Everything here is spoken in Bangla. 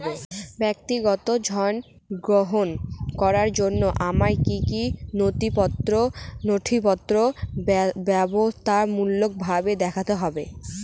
ব্যক্তিগত ঋণ গ্রহণ করার জন্য আমায় কি কী নথিপত্র বাধ্যতামূলকভাবে দেখাতে হবে?